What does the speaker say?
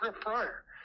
prior